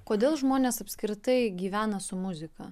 kodėl žmonės apskritai gyvena su muzika